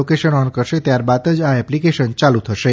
location on કરશે ત્યારબાદ જ એપ્લીકેશન યાલુ થઇ શકશે